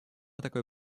такой